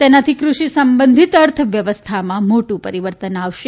તેનાથી કૃષિ સંબંધિત અર્થવ્યવસ્થામાં મોટું પરિવર્તન આવશે